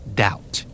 doubt